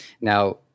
Now